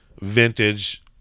vintage